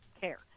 care